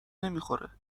نمیخوره